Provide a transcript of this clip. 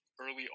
early